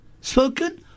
spoken